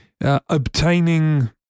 obtaining